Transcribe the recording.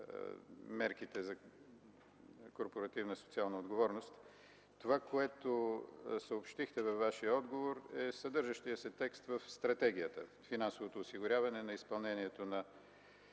мерките за корпоративна социална отговорност? Това, което съобщихте във Вашия отговор, е съдържащият се текст в Стратегията – финансовото осигуряване на изпълнението на